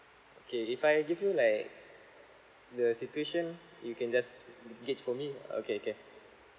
okay if I give you like the situation you can just gauge for me okay can